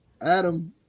Adam